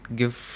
give